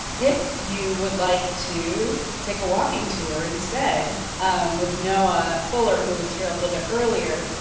if you would like to take a walking tour instead with noah fuller, who was here a little bit earlier.